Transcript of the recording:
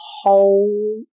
whole